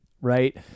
right